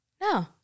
no